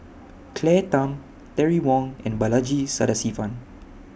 Claire Tham Terry Wong and Balaji Sadasivan